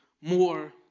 more